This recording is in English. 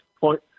point